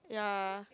ya